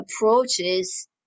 approaches